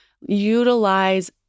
utilize